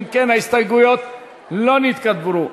אם כן, ההסתייגויות לא נתקבלו.